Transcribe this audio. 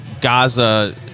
Gaza